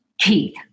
Keith